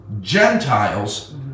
Gentiles